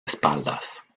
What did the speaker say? espaldas